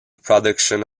production